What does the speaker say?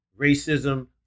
racism